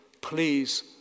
please